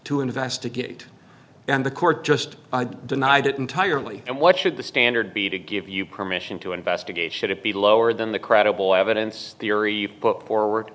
to investigate and the court just denied it entirely and what should the standard be to give you permission to investigate should it be lower than the credible evidence theory